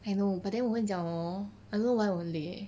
I know but then 我跟你讲 hor I don't know why only eh